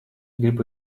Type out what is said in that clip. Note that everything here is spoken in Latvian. gribu